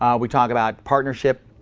um we talk about partnership,